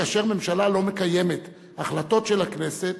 כאשר ממשלה לא מקיימת החלטות של הכנסת,